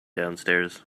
downstairs